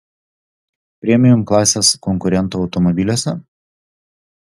premium klasės konkurentų automobiliuose